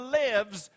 lives